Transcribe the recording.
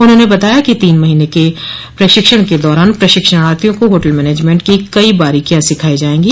उन्होंने बताया कि तीन महीने के प्रशिक्षण के दौरान प्रशिक्षणार्थियों को होटल मैनेजेंट की कई बारीकियां सिखाई जाएंगी